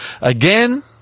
Again